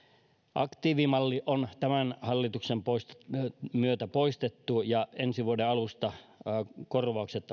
aktiivimalli on tämän hallituksen myötä poistettu ja ensi vuoden alusta korvaukset